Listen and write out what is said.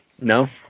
No